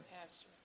pastor